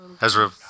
Ezra